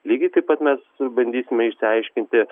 lygiai taip pat mes bandysime išsiaiškinti